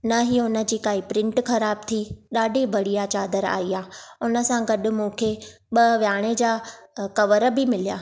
न ही हुनजी काई प्रिंट ख़राबु थी ॾाढी बढ़िया चादर आई आहे हुन सां गॾु मूंखे ॿ वियाणे जा कवर बि मिलिया